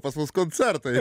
pas mus koncertai